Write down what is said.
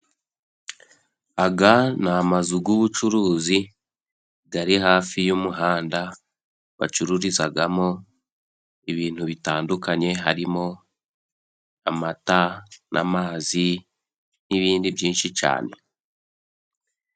Aya ni amazu y'ubucuruzi ari hafi y'umuhanda bacururizamo ibintu bitandukanye harimo amata n'amazi n'ibindi byinshi cyane.